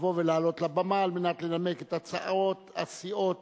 לבוא ולעלות לבמה על מנת לנמק את הצעות הסיעות